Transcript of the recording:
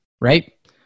right